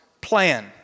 plan